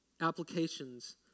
applications